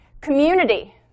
Community